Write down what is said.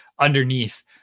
underneath